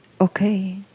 okay